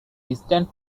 distant